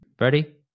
Ready